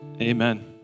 Amen